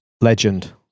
legend